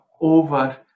over